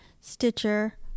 Stitcher